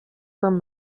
from